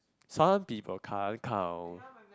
some people can't count